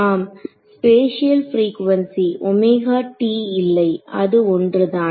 ஆம் spatial frequency omega T இல்லை அது ஒன்றுதான்